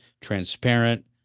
transparent